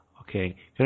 Okay